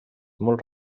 molt